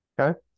Okay